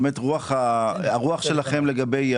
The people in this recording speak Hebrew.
הרוח שלכם לגבי